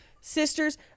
Sisters